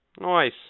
Nice